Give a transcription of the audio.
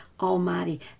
Almighty